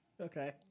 Okay